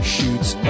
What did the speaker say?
Shoots